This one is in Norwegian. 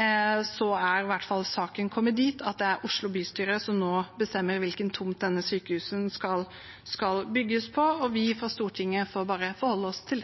er i hvert fall saken kommet dit at det er Oslo bystyre som nå bestemmer hvilken tomt dette sykehuset skal bygges på, og vi på Stortinget får bare forholde